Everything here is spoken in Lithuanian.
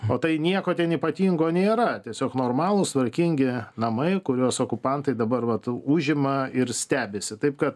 o tai nieko ten ypatingo nėra tiesiog normalūs tvarkingi namai kuriuos okupantai dabar vat užima ir stebisi taip kad